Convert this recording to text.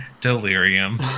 delirium